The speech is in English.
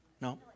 No